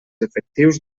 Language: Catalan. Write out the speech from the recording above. efectius